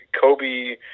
Kobe